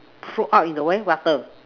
throw up in the where gutter